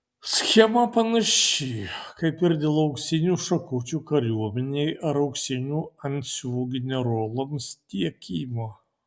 schema panaši kaip ir dėl auksinių šakučių kariuomenei ar auksinių antsiuvų generolams tiekimo